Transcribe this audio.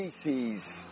species